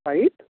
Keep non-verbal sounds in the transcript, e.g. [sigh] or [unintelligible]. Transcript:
[unintelligible]